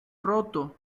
roto